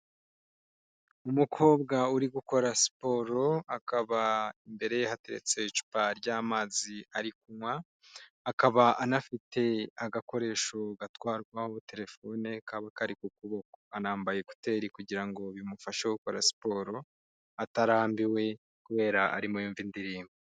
Umukobwa uri gukora siporo akaba imbere ye hatetse icupa ry'amazi ari kunywa, akaba anafite agakoresho gatwarwa buterefone kaba kari ku kuboko, anambaye koteri kugira ngo bimufashe gukora siporo atarambiwe kubera arimo yumva indirimbo.